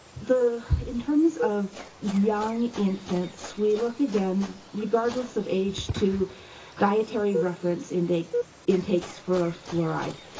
the in terms of young infants, we look again, regardless of age, to dietary reference and intaking for fluoride.